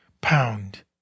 pound